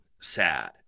sad